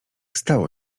stało